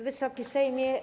Wysoki Sejmie!